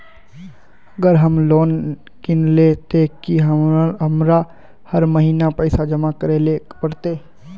अगर हम लोन किनले ते की हमरा हर महीना पैसा जमा करे ले पड़ते?